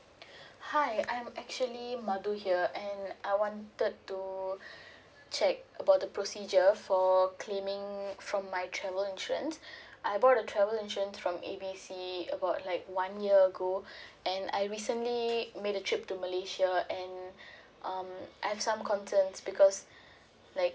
hi I'm actually madu here and I wanted to check about the procedure for claiming from my travel insurance I bought the travel insurance from A B C about like one year ago and I recently made the trip to malaysia and um I have some concerns because